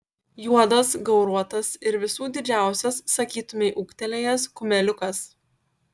juodas gauruotas ir visų didžiausias sakytumei ūgtelėjęs kumeliukas